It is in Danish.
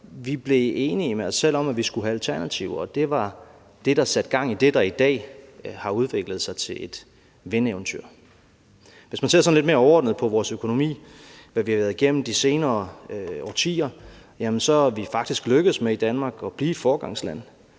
vi blev enige med os selv om, at vi skulle have alternativer, og det var det, der satte gang i det, der i dag har udviklet sig til et vindeventyr. Hvis man ser sådan lidt mere overordnet på vores økonomi og hvad vi har været igennem de senere årtier, så er vi faktisk lykkedes med i Danmark at blive et foregangsland.